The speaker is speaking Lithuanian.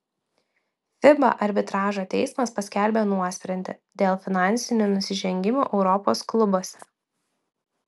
fiba arbitražo teismas paskelbė nuosprendį dėl finansinių nusižengimų europos klubuose